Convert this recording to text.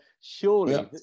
surely